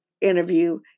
interview